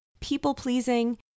people-pleasing